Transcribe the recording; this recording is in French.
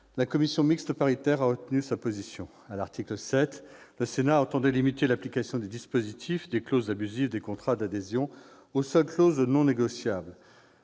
La commission mixte paritaire a retenu sa position. À l'article 7, le Sénat entendait limiter l'application du dispositif des clauses abusives des contrats d'adhésion aux seules clauses non négociables.